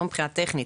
לא מבחינה טכנית.